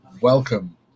welcome